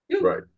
Right